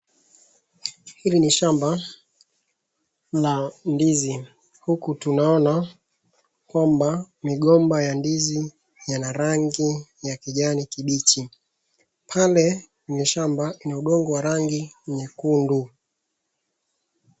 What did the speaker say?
Hili ni shamba la ndizi. Huku tunaona kwamba migomba ya ndizi yana rangi ya kijani kimbichi. Pale kwenye shmaba ina udongo wa rangi nyekundu.